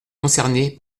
concernés